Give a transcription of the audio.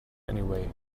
anyway